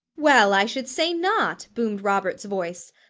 well, i should say not! boomed robert's voice,